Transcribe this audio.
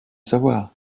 savoir